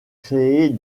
créer